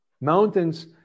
Mountains